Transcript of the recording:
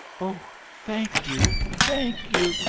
oh thank you, thank you,